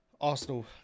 Arsenal